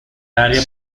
área